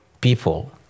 people